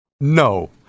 No